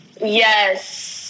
yes